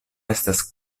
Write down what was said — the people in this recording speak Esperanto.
estas